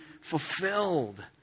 fulfilled